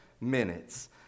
minutes